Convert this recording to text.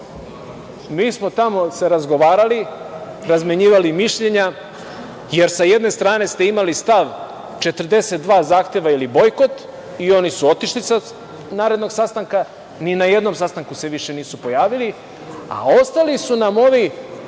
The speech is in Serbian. Mi smo tamo se razgovarali, razmenjivali mišljenja, jer sa jedne strane ste imali stav 42 zahteva ili bojkot i oni su otišli sa narednog sastanka, ni najednom sastanku se nisu više pojavili, a ostali su nam ovi